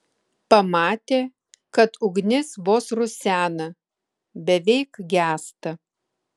pamatė kad ugnis vos rusena beveik gęsta